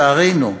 לצערנו,